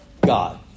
God